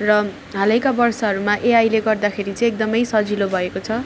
र हालको वर्षहरूमा एआइले गर्दाखेरि चाहिँ एकदम सजिलो भएको छ